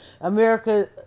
America